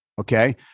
okay